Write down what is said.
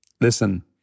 listen